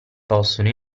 possono